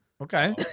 Okay